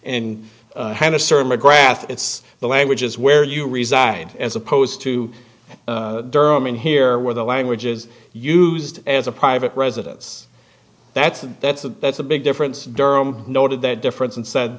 and have a certain mcgrath it's the languages where you reside as opposed to durham in here where the language is used as a private residence that's that's a that's a big difference durham noted that difference and said